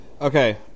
Okay